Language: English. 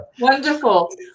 Wonderful